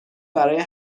برای